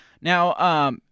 Now –